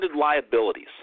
liabilities